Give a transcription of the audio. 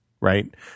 right